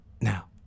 Now